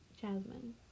Jasmine